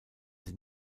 sie